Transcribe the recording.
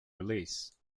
release